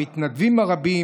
המתנדבים הרבים,